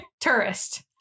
tourist